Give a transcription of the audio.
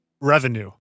revenue